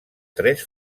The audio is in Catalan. tres